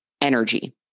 energy